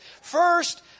First